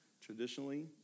traditionally